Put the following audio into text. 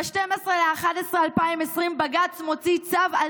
ב-12 בנובמבר 2020 בג"ץ מוציא צו על